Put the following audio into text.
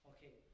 Okay